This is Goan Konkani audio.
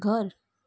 घर